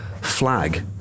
flag